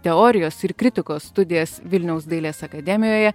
teorijos ir kritikos studijas vilniaus dailės akademijoje